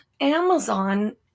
Amazon